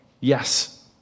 yes